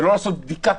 ולא לעשות בדיקת